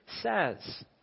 says